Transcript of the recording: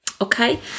Okay